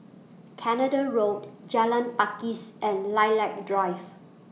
Canada Road Jalan Pakis and Lilac Drive